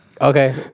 Okay